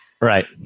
Right